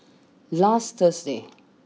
last Thursday